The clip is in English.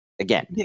Again